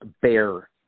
bear